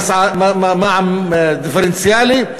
מע"מ דיפרנציאלי.